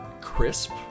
crisp